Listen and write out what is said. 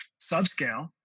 subscale